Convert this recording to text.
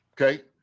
Okay